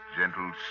gentle